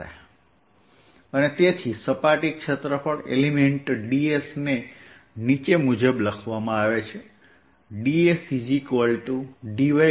અને તેથી y દિશામાં સપાટી ક્ષેત્રફળ element ds dx dz y ને અને z દિશામાં dsdx dy z લખવામાં આવે છે